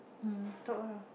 um talk ah